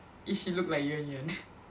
is she look like Yuan Yuan